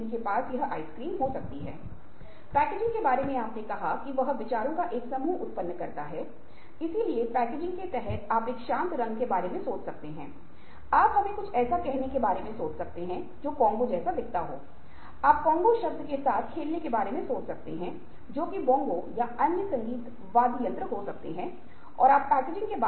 इसलिए पुरुष सदस्यों से बात करते समय और महिला सदस्यों से बात करते समय ये दो अलग अलग स्थितियां होती हैं कि हम किस तरह की भाषा का उपयोग करते हैं हम किस तरह का सम्मान दिखाते हैं गैर मौखिक व्यवहार से संबंधित किस तरह की चीजें हैं जो उस विशेष संस्कृति और स्थिति में स्वीकार्य है